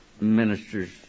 ministers